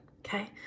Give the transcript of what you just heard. okay